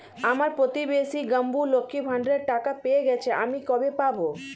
আমার প্রতিবেশী গাঙ্মু, লক্ষ্মীর ভান্ডারের টাকা পেয়ে গেছে, আমি কবে পাব?